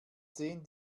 zehn